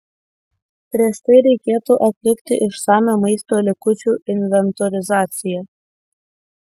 prieš tai reikėtų atlikti išsamią maisto likučių inventorizacija